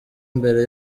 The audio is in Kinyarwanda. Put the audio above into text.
mbere